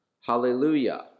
Hallelujah